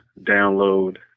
download